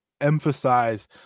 emphasize